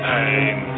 Pain